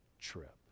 trip